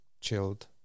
chilled